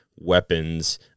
weapons